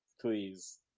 Please